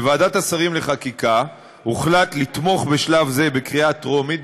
בוועדת השרים לחקיקה הוחלט לתמוך בשלב זה בקריאה טרומית,